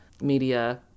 media